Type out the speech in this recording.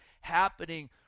happening